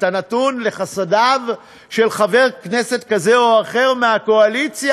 אתה נתון לחסדיו של חבר כנסת כזה או אחר מהקואליציה,